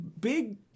big